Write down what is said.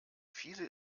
viele